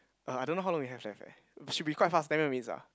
uh I don't know how long we have left leh should be quite fast ten more minutes ah